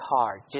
hard